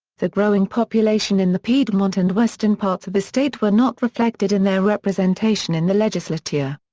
the growing population in the piedmont and western parts of the state were not reflected in their representation in the legislature.